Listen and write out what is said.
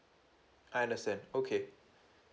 I understand okay